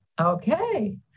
Okay